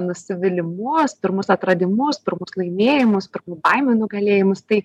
nusivylimus pirmus atradimus pirmus laimėjimus pirmų baimių nugalėjimus tai